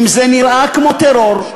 אם זה נראה כמו טרור,